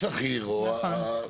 נכון.